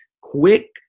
quick